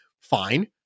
fine